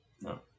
No